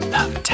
Love